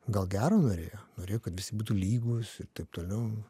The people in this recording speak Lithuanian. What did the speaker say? gal gero norėjo norėjo kad visi būtų lygūs ir taip toliau